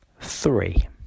three